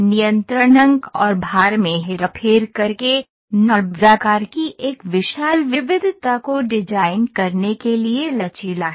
नियंत्रण अंक और भार में हेरफेर करके NURBS आकार की एक विशाल विविधता को डिजाइन करने के लिए लचीला है